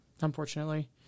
unfortunately